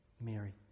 Mary